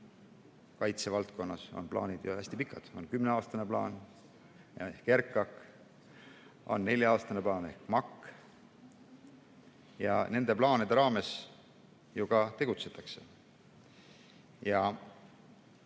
et kaitsevaldkonnas on plaanid hästi pikad. On kümneaastane plaan ehk RKAK, on nelja-aastane plaan ehk KMAK. Nende plaanide raames ju ka tegutsetakse.